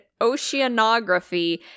Oceanography